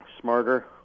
smarter